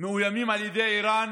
מאוימים על ידי איראן